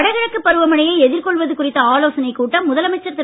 வடகிழக்கு பருவமழையை எதிர்கொள்வது குறித்த ஆலோசனைக் கூட்டம் முதலமைச்சர் திரு